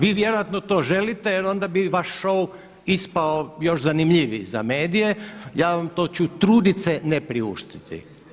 Vi vjerojatno to želite jel onda bi vaš šou ispao još zanimljiviji za medije, ja vam to ću trudit se ne priuštiti.